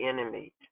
enemy